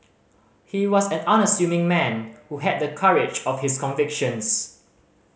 he was an unassuming man who had the courage of his convictions